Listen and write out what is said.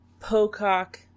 Pocock